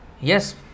yes